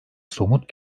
somut